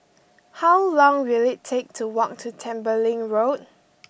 how long will it take to walk to Tembeling Road